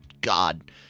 God